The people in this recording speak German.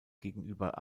gegenüber